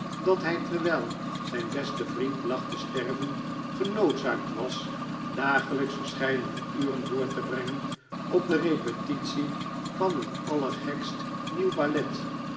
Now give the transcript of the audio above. dat hij terwijl zijn beste vriend lag te sterven genoodzaakt was dagelijks verscheidene uren door te brengen op de repetitie van een allergekst nieuw ballet